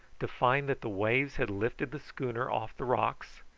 to find that the waves had lifted the schooner off the rocks,